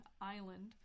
Island